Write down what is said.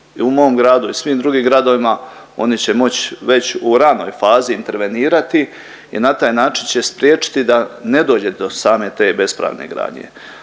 i u mom gradu i svim drugim gradovima on će moć već u ranoj fazi intervenirati i na taj način će spriječiti da ne dođe do same te bespravne gradnje.